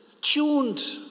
tuned